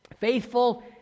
Faithful